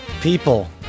people